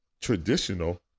traditional